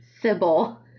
Sybil